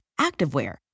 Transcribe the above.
activewear